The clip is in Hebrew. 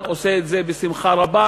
עושה את זה בשמחה רבה,